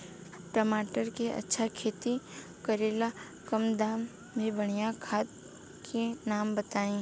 टमाटर के अच्छा खेती करेला कम दाम मे बढ़िया खाद के नाम बताई?